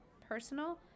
personal